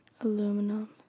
Aluminum